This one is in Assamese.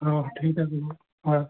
অ ঠিক আছে হয়